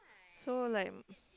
so like